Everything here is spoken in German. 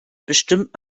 bestimmt